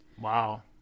Wow